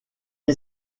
est